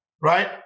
right